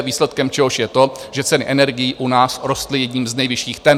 Výsledkem čehož je to, že ceny energií u nás rostly jedním z nejvyšších temp.